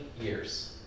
years